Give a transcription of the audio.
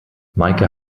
meike